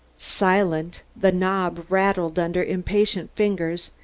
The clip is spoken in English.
silent the knob rattled under impatient fingers,